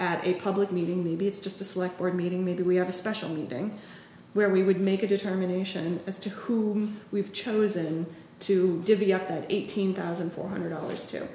at a public meeting maybe it's just a select we're meeting maybe we have a special meeting where we would make a determination as to who we've chosen to divvy up that eighteen thousand four hundred dollars to